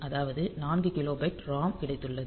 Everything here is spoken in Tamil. அதாவது 4 கிலோபைட் ROM கிடைத்துள்ளது